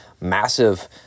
massive